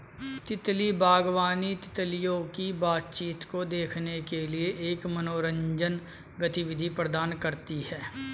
तितली बागवानी, तितलियों की बातचीत को देखने के लिए एक मनोरंजक गतिविधि प्रदान करती है